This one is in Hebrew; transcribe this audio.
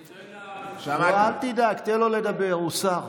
אני דואג, אל תדאג, תן לו לדבר, הוא שר.